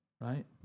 right